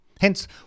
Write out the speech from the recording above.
Hence